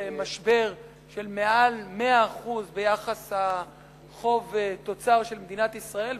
משבר של מעל 100% ביחס החוב-תוצר של מדינת ישראל,